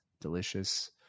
delicious